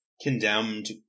condemned